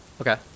Okay